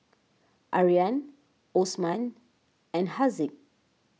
Aryan Osman and Haziq